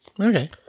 Okay